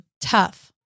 tough